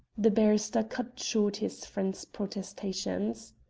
the barrister cut short his friend's protestations.